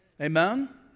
Amen